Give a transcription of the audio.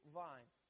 vine